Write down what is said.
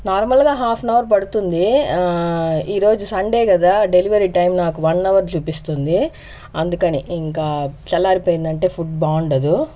నార్మల్గా half an hour పడుతుంది ఈరోజు సండే కదా డెలివరీ టైం నాకు వన్ అవర్ చూపిస్తుంది అందుకని ఇంకా చల్లారిపోయింది అంటే ఫుడ్ బాగుండదు